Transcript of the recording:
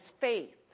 faith